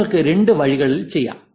നിങ്ങൾക്ക് രണ്ട് വഴികളും ചെയ്യാം